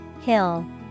Hill